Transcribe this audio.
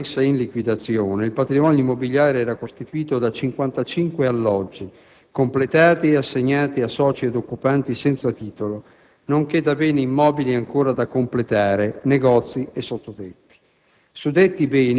Al momento della messa in liquidazione, il patrimonio immobiliare era costituito da 55 alloggi, completati e assegnati a soci ed occupanti senza titolo, nonché da beni immobili ancora da completare (negozi e sottotetti).